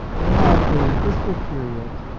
they have a fiscal period,